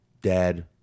dad